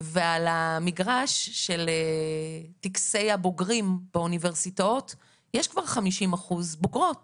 ועל המגרש של טקסי הבוגרים באוניברסיטאות יש כבר כ-50% בוגרות